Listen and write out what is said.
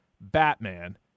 Batman